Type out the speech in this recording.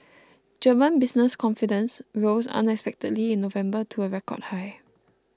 German business confidence rose unexpectedly in November to a record high